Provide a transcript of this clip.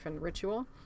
ritual